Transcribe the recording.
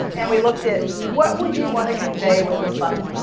and we looked at, what would you want to convey with this button?